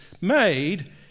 made